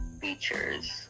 features